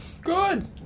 Good